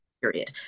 period